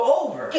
over